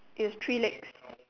it has three legs